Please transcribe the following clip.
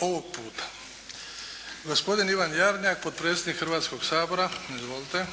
ovog puta. Gospodin Ivan Jarnjak, potpredsjednik Hrvatskog sabora. Izvolite. **Jarnjak,